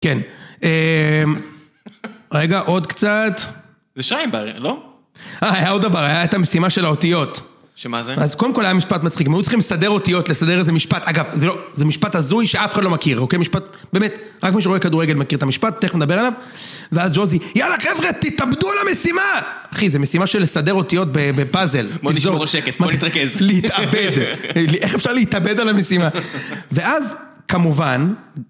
כן. רגע, עוד קצת. זה שיימבר, לא? אה, היה עוד דבר, הייתה משימה של האותיות. שמה זה? אז קודם כל היה משפט מצחיק. מי הוא צריך לסדר אותיות, לסדר איזה משפט? אגב, זה לא, זה משפט הזוי שאף אחד לא מכיר, אוקיי? משפט, באמת, רק מי שרואה כדורגל מכיר את המשפט, תכף נדבר עליו. ואז ג'וזי, יאללה חבר'ה, תתאבדו על המשימה! אחי, זה משימה של לסדר אותיות בפאזל. בוא נשמור על שקט, בוא נתרכז. להתאבד, איך אפשר להתאבד על המשימה? ואז, כמובן...